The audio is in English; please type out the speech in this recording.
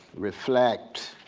reflect.